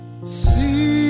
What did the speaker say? See